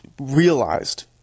realized